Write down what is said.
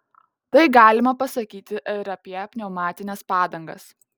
tai galima pasakyti ir apie pneumatines padangas